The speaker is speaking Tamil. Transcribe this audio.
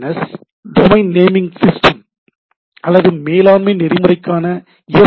S domain name system DNS Domain Name System அல்லது மேலாண்மை நெறிமுறைக்கான எஸ்